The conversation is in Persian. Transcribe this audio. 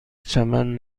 چمن